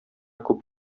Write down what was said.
күп